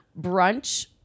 brunch